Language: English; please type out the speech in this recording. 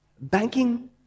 Banking